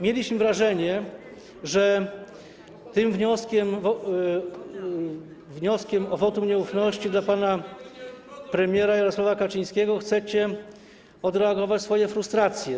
Mieliśmy wrażenie, że tym wnioskiem, wnioskiem o wotum nieufności dla pana premiera Jarosława Kaczyńskiego, chcecie odreagować swoje frustracje.